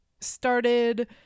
started